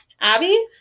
Abby